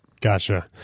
Gotcha